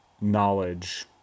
knowledge